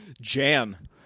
Jan